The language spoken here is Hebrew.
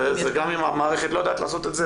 גם אם המערכת לא יודעת לעשות את זה,